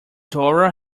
dora